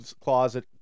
closet